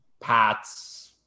Pats